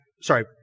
sorry